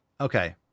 Okay